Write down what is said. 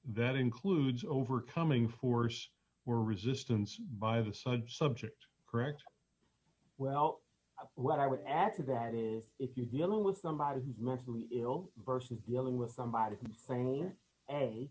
that includes overcoming force or resistance by the sub subject correct well what i would add to that is if you're dealing with somebody who's mentally ill versus dealing with somebody